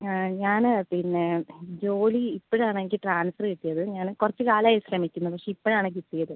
ഞാൻ പിന്നെ ജോലി ഇപ്പോഴാണ് എനിക്ക് ട്രാൻസ്ഫർ കിട്ടിയത് ഞാൻ കുറച്ച് കാലമായി ശ്രമിക്കുന്നു പക്ഷേ ഇപ്പോഴാണ് കിട്ടിയത്